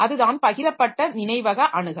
அதுதான் பகிரப்பட்ட நினைவக அணுகல்